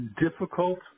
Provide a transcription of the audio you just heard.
difficult